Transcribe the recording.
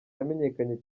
yamenyekanye